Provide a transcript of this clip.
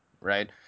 Right